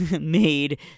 made